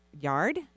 yard